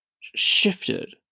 shifted